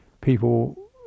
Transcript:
people